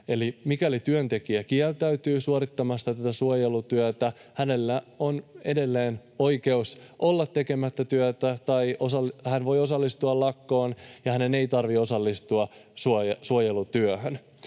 eli mikäli työntekijä kieltäytyy suorittamasta tätä suojelutyötä, hänellä on edelleen oikeus olla tekemättä työtä eli hän voi osallistua lakkoon ja hänen ei tarvitse osallistua suojelutyöhön.